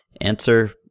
Answer